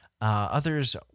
Others